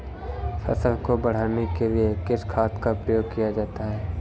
फसल को बढ़ाने के लिए किस खाद का प्रयोग किया जाता है?